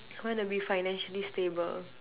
I want to be financially stable